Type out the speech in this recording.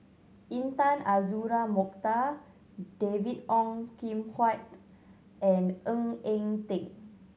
Intan Azura Mokhtar David Ong Kim Huat and Ng Eng Teng